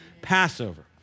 Passover